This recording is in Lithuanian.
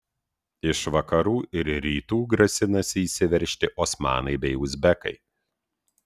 iš vakarų ir rytų grasinasi įsiveržti osmanai bei uzbekai